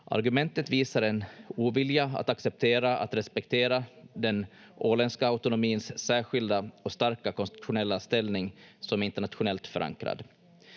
Argumentet visar en ovilja att acceptera och respektera den åländska autonomins särskilda och starka konstitutionella ställning, som är internationellt förankrad.